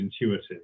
intuitive